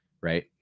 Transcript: right